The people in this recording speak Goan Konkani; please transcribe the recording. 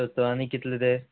सत्तर आनी कितले ते